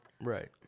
right